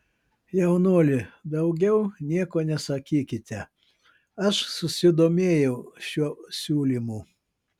jaunuoli daugiau nieko nesakykite aš susidomėjau šiuo siūlymu